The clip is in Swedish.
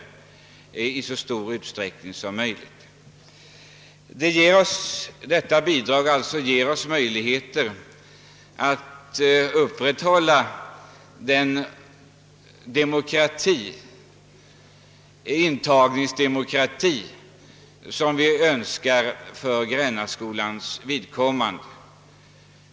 Statsbidraget ger oss förutsättningar att upprätthålla den intagningsdemokrati som vi velat åstadkomma för Grännaskolans del.